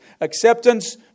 Acceptance